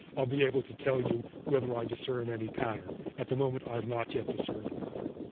i'll be able to tell you whether i discern any pattern. at the moment, i've not yet discerned a pattern.